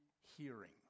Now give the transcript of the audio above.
hearing